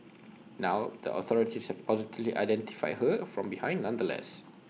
now the authorities have positively identified her from behind nonetheless